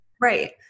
Right